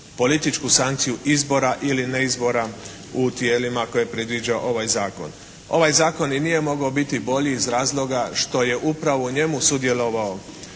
političku sankciju izbora ili neizbora u tijelima koje predviđa ovaj zakon. Ovaj zakon i nije mogao bolji iz razloga što je upravo u njemu sudjelovao